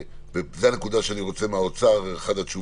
זו אחת התשובות שאני רוצה ממשרד האוצר.